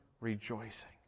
rejoicing